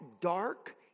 dark